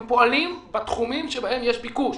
הם פועלים בתחומים שבהם יש ביקוש.